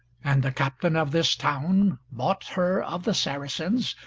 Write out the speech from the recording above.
and the captain of this town bought her of the saracens,